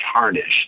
tarnished